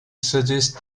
suggest